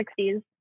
60s